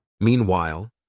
Meanwhile